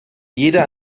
jeder